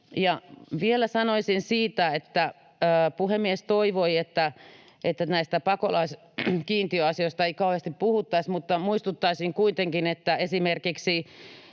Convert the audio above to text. vielä sanoisin siitä, kun puhemies toivoi, että näistä pakolaiskiintiöasioista ei kauheasti puhuttaisi. Muistuttaisin kuitenkin, että esimerkiksi